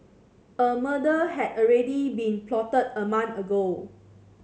a murder had already been plotted a month ago